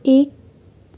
एक